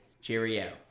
cheerio